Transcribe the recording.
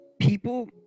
people